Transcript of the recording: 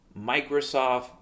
Microsoft